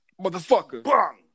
motherfucker